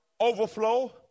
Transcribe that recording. overflow